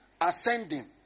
ascending